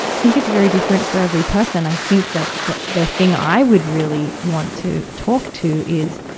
think it's very different for every person. i think that the thing i would really want to talk to is,